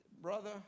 brother